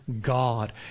God